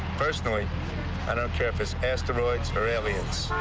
personally, i don't care if it's asteroids or aliens.